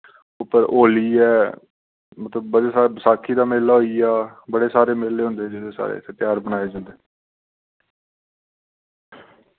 उप्पर होली ऐ मतलब बड़े सारे बसाखी दा मेला होइया बड़े सारे मेले होंदे जेह्ड़े साढ़े इत्थै त्यार मनाए जंदे